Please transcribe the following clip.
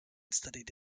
studied